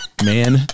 Man